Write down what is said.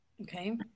Okay